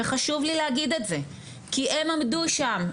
וחשוב לי להגיד את זה כי הם עמדו שם,